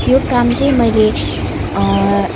यो काम चाहिँ मैले